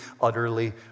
utterly